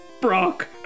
Brock